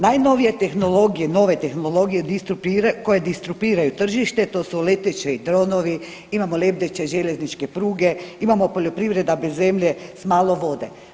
Najnovije tehnologije, nove tehnologije koje distruapiraju tržište to su leteći dronovi, imamo lebdeće željezničke pruge, imamo poljoprivreda bez zemlje s malo vode.